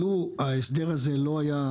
לו ההסדר הזה לא היה,